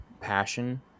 passion